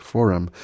Forum